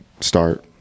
start